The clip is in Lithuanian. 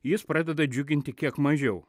jis pradeda džiuginti kiek mažiau